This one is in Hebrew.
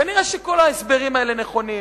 כנראה כל ההסברים האלה נכונים.